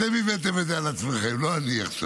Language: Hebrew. אתם הבאתם את זה על עצמכם, לא אני עכשיו.